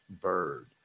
Bird